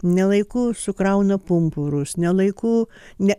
ne laiku sukrauna pumpurus ne laiku ne